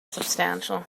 substantial